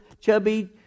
chubby